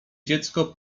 dziecko